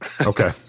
Okay